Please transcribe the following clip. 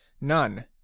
none